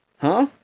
Huh